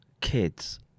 kids